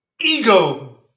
ego